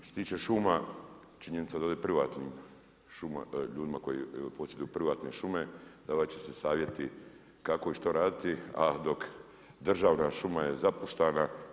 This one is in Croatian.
Što se tiče šuma, činjenica je da ode privatnim ljudima koji posjeduju privatne šume, davat će se savjeti kako i šta raditi, a dok državna šuma je zapuštena.